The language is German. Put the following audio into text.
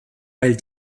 weil